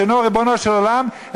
שאינו ריבונו של עולם,